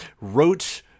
wrote